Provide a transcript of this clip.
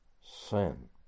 sin